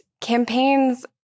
campaigns